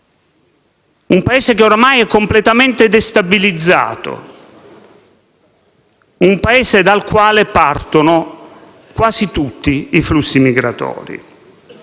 un Paese ormai completamente destabilizzato e dal quale partono quasi tutti i flussi migratori.